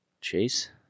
Chase